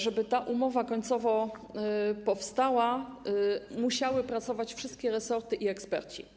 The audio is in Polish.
Żeby ta umowa końcowo powstała, musiały pracować wszystkie resorty i eksperci.